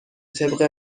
طبق